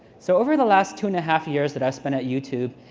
so over the last two and a half years that i've been at youtube,